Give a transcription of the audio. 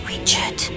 Richard